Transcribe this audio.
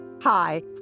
Hi